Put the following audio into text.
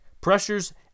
pressures